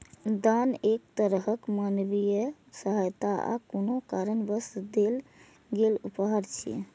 दान एक तरहक मानवीय सहायता आ कोनो कारणवश देल गेल उपहार छियै